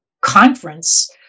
conference